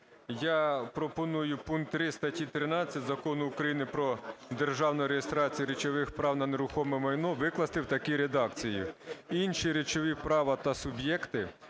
Я пропоную пункт 3 статті 13 Закону України " Про державну реєстрацію речових прав на нерухоме майно" викласти в такій редакції: "Інші речові права та суб'єктів